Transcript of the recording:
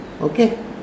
Okay